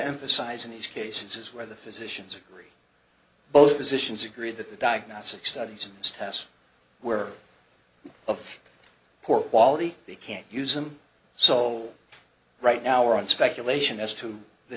emphasize in these cases is where the physicians agree both physicians agree that the diagnostic studies tests were of poor quality they can't use them so right now are on speculation as to the